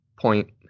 point